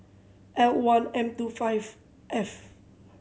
L one M two five F